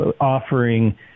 offering